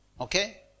Okay